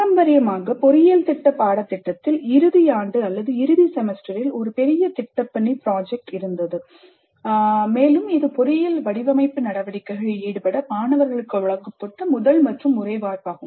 பாரம்பரியமாக பொறியியல் பாடத்திட்டத்தில் இறுதி ஆண்டு அல்லது இறுதி செமஸ்டரில் ஒரு பெரிய திட்டப்பணிப்ராஜெக்ட் இருந்தது மேலும் இது பொறியியல் வடிவமைப்பு நடவடிக்கைகளில் ஈடுபட மாணவர்களுக்கு வழங்கப்பட்ட முதல் மற்றும் ஒரே வாய்ப்பாகும்